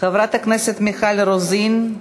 חברת הכנסת מיכל רוזין,